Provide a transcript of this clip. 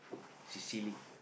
Sicily